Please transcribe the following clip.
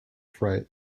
fright